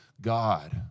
God